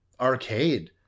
arcade